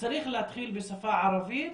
שצריך להתחיל בשפה הערבית,